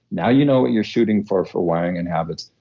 now you know what you're shooting for, for wiring and habits,